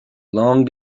long